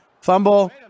fumble